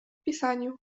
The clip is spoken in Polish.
pisaniu